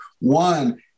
one